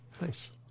Nice